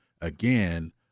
again